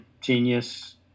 genius